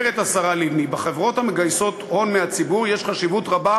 אומרת השרה לבני: בחברות המגייסות הון מהציבור יש חשיבות רבה